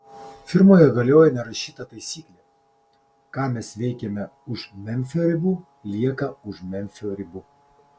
firmoje galioja nerašyta taisyklė ką mes veikiame už memfio ribų lieka už memfio ribų